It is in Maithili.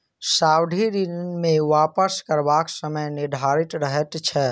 सावधि ऋण मे वापस करबाक समय निर्धारित रहैत छै